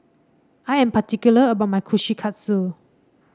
i am particular about my Kushikatsu